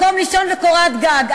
מקום לישון וקורת גג.